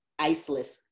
iceless